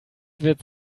wird